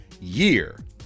year